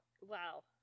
Wow